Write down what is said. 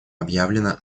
объявлено